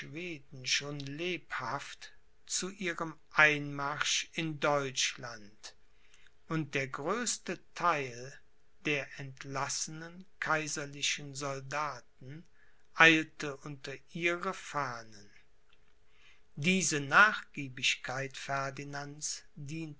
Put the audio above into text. schon lebhaft zu ihrem einmarsch in deutschland und der größte theil der entlassenen kaiserlichen soldaten eilte unter ihre fahnen diese nachgiebigkeit